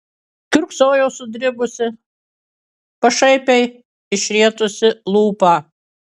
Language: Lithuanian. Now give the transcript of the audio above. kiurksojo sudribusi pašaipiai išrietusi lūpą